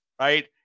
right